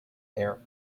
air